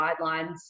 guidelines